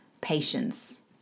patience